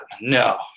No